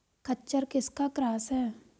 खच्चर किसका क्रास है?